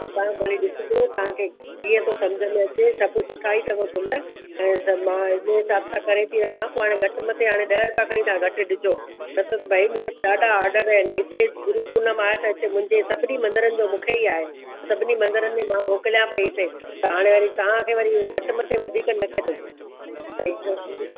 पोइ तव्हां भली ॾिसिजो तव्हांखे कीअं थो समुझ में अचे सभु सुठा ई अथव गुल ऐं त मां हिन हिसाबु सां करे थी रखां पोइ हाणे घटि मथे ॾह रुपया तव्हां खणी घटि ॾिजो न त त भई मूं वटि ॾाढा आडर आहिनि हिते गुरू पूनम आहे त हिते मुंहिंजे सभिनी मंदरनि जो मूंखे ई आहे सभिनी मंदरनि में मां मोकिलियां पेई हिते त हाणे वरी तव्हांखे घटि मथे वधीक न कजो भई